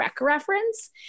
reference